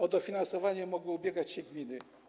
O dofinansowanie mogły ubiegać się gminy.